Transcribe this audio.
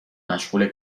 مشغول